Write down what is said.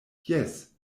jes